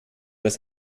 das